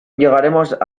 llegaremos